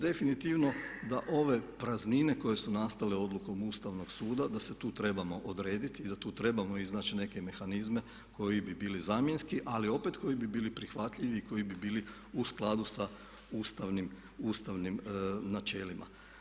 Definitivno da ove praznine koje su nastale odlukom Ustavnog suda da se tu trebamo odrediti i da tu trebamo iznaći neke mehanizme koji bi bili zamjenski ali opet koji bi bili prihvatljivi i koji bi bili u skladu sa ustavnim načelima.